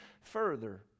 further